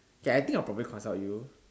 K I think I'll probably consult you